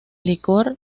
licor